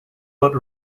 but